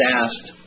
asked